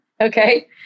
okay